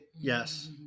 Yes